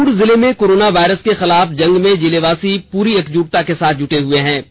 पाक्ड़ जिले में corona virus के खिलाफ जंग में जिलेवासी पूरी एकज्टता के साथ जूटे हुए हैं